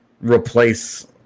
replace